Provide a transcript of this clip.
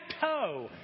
toe